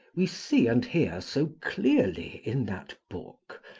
we see and hear so clearly in that book,